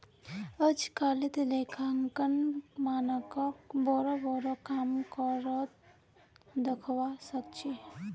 अजकालित लेखांकन मानकक बोरो बोरो काम कर त दखवा सख छि